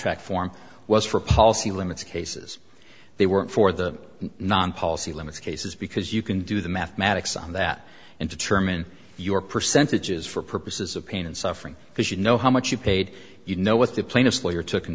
track form was for policy limits cases they work for the non policy limits cases because you can do the mathematics on that and determine your percentages for purposes of pain and suffering because you know how much you paid you know what the plaintiff's lawyer took in